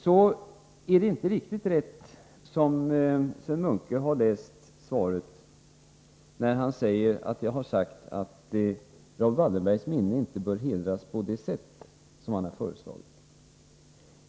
Sven Munke har inte läst svaret riktigt rätt, när han säger att jag svarat att Raoul Wallenbergs minne inte bör hedras på det sätt som han har föreslagit.